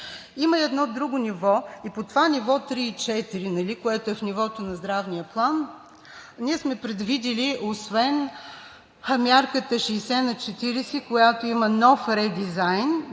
Има едно друго ниво и по това ниво 3 – 4, което е в нивото на здравния план, ние сме предвидили освен мярката 60/40, която има нов редизайн